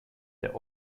der